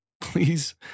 please